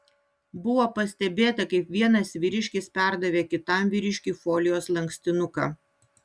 buvo pastebėta kaip vienas vyriškis perdavė kitam vyriškiui folijos lankstinuką